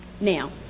Now